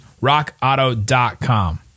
RockAuto.com